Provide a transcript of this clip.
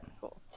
Cool